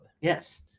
Yes